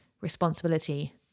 responsibility